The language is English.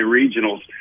regionals